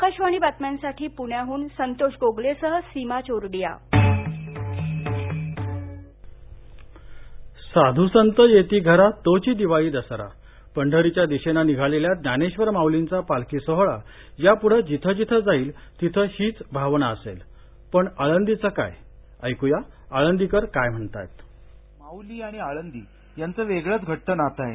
आकाशवाणी बातम्यांसाठी संतोष गोगलेंसह सीमा चोरडिया प्णे साध्संत येति घरा तोचि दिवाळी दसरा पंढरीच्या दिशेनं निघालेला ज्ञानेश्वर माउलींचा पालखी सोहळा याप्ढं जिथं जिथं जाईल तिथं हीच भावना असेल पण आळंदीचं काय ऐकूया आळंदीकर काय म्हणतात माउली आणि आळंदी यांचं वेगळचं घटट नातं आहे